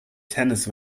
tennis